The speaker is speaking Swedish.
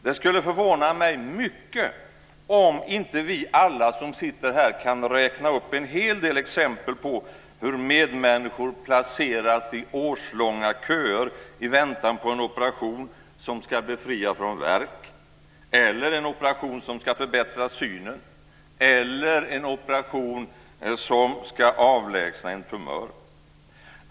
Det skulle förvåna mig mycket om inte alla vi som sitter här kan räkna upp en hel del exempel på hur medmänniskor placeras i årslånga köer i väntan på en operation som ska befria från värk, på en operation som ska förbättra synen eller på en operation som ska avlägsna en tumör.